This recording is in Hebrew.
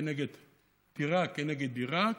דירה כנגד דירה,